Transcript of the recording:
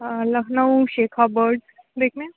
آ لکھنؤ شیکھا برڈ کلک میں